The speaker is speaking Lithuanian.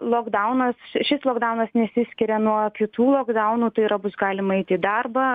lokdaunas šis lokdaunas nesiskiria nuo kitų lokdaunų tai yra bus galima eiti į darbą